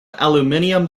aluminium